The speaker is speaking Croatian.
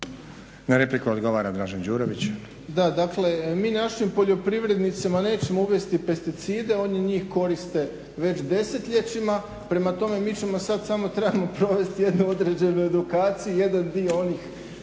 Đurović. **Đurović, Dražen (HDSSB)** Da, dakle mi našim poljoprivrednicima nećemo uvesti pesticide, oni njih koriste već desetljećima. Prema tome, mi ćemo sada, samo trebamo provesti jednu određenu edukaciju, jedan dio onih